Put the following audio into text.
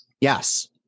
Yes